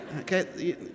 Okay